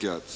nej.